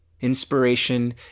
Inspiration